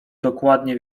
dokładnie